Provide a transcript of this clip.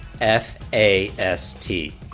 F-A-S-T